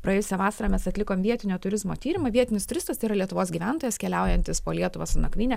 praėjusią vasarą mes atlikome vietinio turizmo tyrimą vietinis turistas yra lietuvos gyventojas keliaujantys po lietuvą su nakvyne